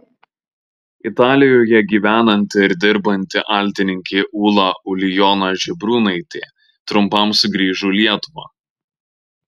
italijoje gyvenanti ir dirbanti altininkė ūla ulijona žebriūnaitė trumpam sugrįžo į lietuvą